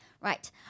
Right